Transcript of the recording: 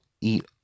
eat